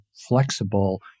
flexible